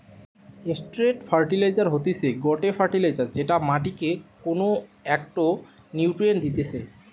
straight fertilizer হতিছে গটে fertilizer যেটা মাটিকে কোনো একটো নিউট্রিয়েন্ট দিতেছে